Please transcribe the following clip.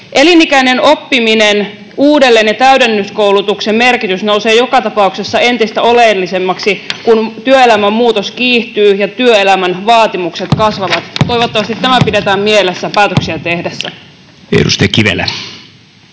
Elinikäisen oppimisen, uudelleen- ja täydennyskoulutuksen merkitys nousee joka tapauksessa entistä oleellisemmaksi, kun työelämän muutos kiihtyy ja työelämän vaatimukset kasvavat. Toivottavasti tämä pidetään mielessä [Puhemies